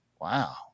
Wow